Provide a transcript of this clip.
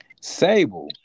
Sable